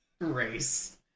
race